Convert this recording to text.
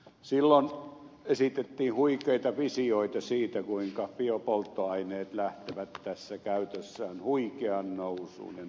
silloin esitettiin huikeita visioita siitä kuinka biopolttoaineet lähtevät tässä käytössä huikeaan nousuun jnp